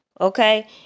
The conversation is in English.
Okay